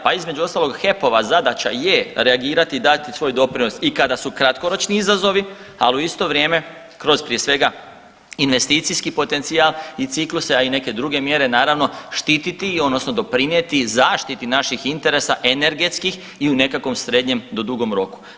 Pa između ostalog HEP-ova zadaća je reagirati i dati svoj doprinos i kada su kratkoročni izazovi, ali u isto vrijeme kroz prije svega investicijski potencijal i cikluse, a i neke druge mjere naravno štititi odnosno doprinijeti zaštiti naših interesa energetskih i u nekakvom srednjem do dugom roku.